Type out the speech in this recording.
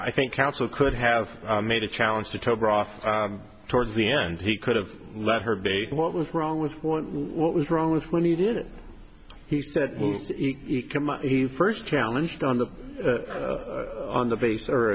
i think counsel could have made a challenge to telegraph towards the end he could have let her be what was wrong with what was wrong with when he did it he said when he first challenged on the on the base or